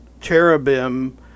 cherubim